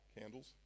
candles